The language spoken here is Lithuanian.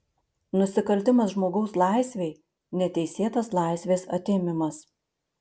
nusikaltimas žmogaus laisvei neteisėtas laisvės atėmimas